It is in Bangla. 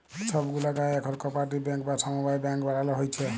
ছব গুলা গায়েঁ এখল কপারেটিভ ব্যাংক বা সমবায় ব্যাংক বালালো হ্যয়েছে